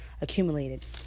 accumulated